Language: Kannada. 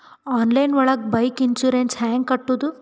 ಆನ್ಲೈನ್ ಒಳಗೆ ಬೈಕ್ ಇನ್ಸೂರೆನ್ಸ್ ಹ್ಯಾಂಗ್ ಕಟ್ಟುದು?